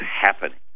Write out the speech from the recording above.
happening